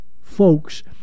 folks